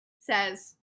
says